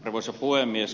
arvoisa puhemies